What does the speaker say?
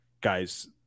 guys